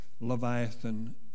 Leviathan